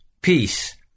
peace